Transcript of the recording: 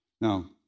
Now